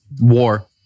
war